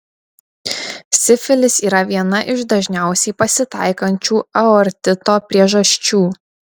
sifilis yra viena iš dažniausiai pasitaikančių aortito priežasčių